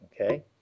okay